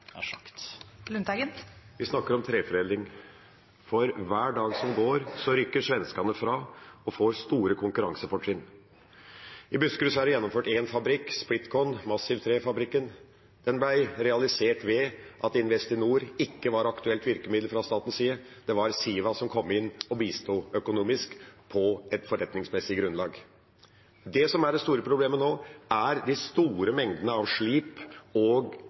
snakker om treforedling. For hver dag som går, rykker svenskene ifra og får store konkurransefortrinn. I Buskerud er det gjennomført én fabrikk, Splitkon, massivtrefabrikken. Den ble realisert ved at Investinor ikke var et aktuelt virkemiddel fra statens side. Det var Siva som kom inn og bisto økonomisk, på et forretningsmessig grunnlag. Det som er det store problemet nå, er de store mengdene av slip og